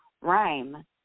Rhyme